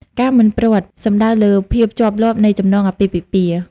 ការមិនព្រាត់ សំដៅលើភាពជាប់លាប់នៃចំណងអាពាហ៍ពិពាហ៍។